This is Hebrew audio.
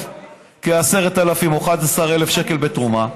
כ-10,000 או 11,000 שקלים בתרומה,